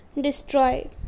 destroy